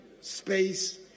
space